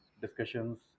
discussions